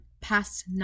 past